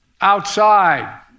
Outside